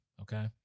okay